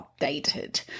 updated